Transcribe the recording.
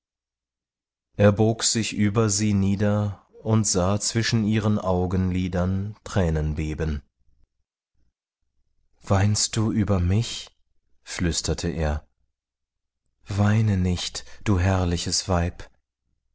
er bog sich über sie nieder und sah zwischen ihren augenlidern thränen beben weinst du über mich flüsterte er weine nicht du herrliches weib